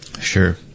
Sure